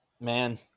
Man